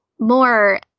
More